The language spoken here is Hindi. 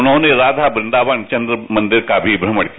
उन्होंने राधा व्रदावन चंद्र मंदिर का भी भ्रमण किया